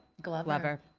glover.